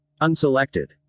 Unselected